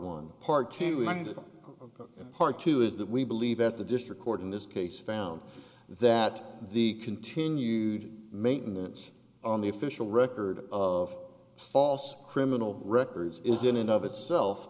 one part two hundred part two is that we believe that the district court in this case found that the continued maintenance on the official record of false criminal records is in and of itself